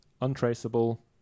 untraceable